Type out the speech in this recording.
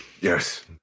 yes